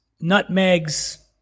nutmegs